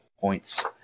points